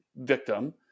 victim